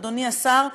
אדוני השר,